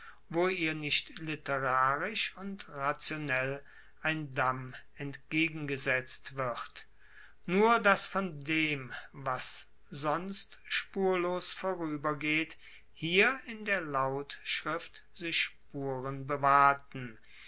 wo ihr nicht literarisch und rationell ein damm entgegengesetzt wird nur dass von dem was sonst spurlos voruebergeht hier in der lautschrift sich spuren bewahrten